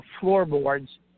floorboards